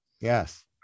Yes